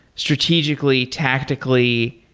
strategically, tactically,